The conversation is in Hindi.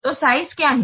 तो साइज क्या है